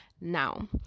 now